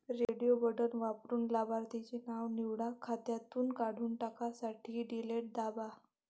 radio button वापरून लाभार्थीचे नाव निवडा, खात्यातून काढून टाकण्यासाठी डिलीट दाबा